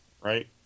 right